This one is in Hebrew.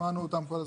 הזמנו אותם כל הזמן.